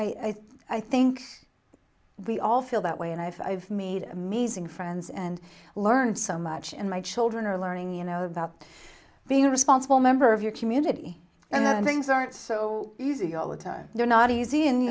i i think we all feel that way and i've made amazing friends and learned so much in my children are learning you know about being a responsible member of your community and that things aren't so easy all the time they're not easy and